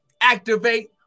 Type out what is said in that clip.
activate